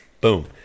boom